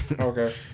Okay